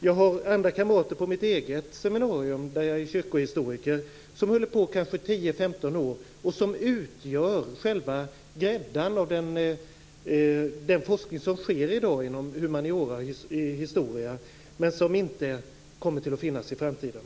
Jag har andra kamrater på mitt eget seminarium, där jag är kyrkohistoriker, som håller på i kanske 10 15 år och som utgör själva gräddan av den forskning som sker i dag inom humaniora och i historia, men som inte kommer att finnas i framtiden.